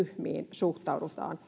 suhtaudutaan